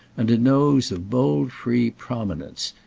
and a nose of bold free prominence,